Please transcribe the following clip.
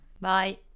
Bye